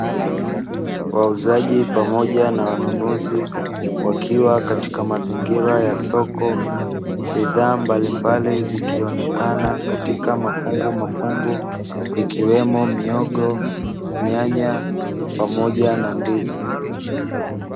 Wauzaji pamoja na wanunuzi wakiwa katika mazingira ya soko, bidhaa mbalimbali zikionekana katika mafungu mafungu ikiwemo mihogo, nyanya pamoja na ndizi.